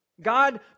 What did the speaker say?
God